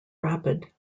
rapid